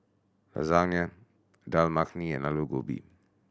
Lasagna Dal Makhani and Alu Gobi